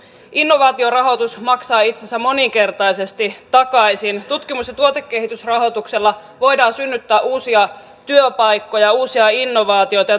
innovaatiorahoitus maksaa itsensä moninkertaisesti takaisin tutkimus ja tuotekehitysrahoituksella voidaan synnyttää uusia työpaikkoja ja uusia innovaatioita